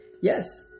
Yes